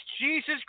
Jesus